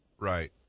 Right